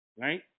right